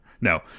No